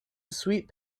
sweet